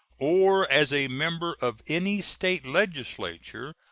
or as a member of any state legislature,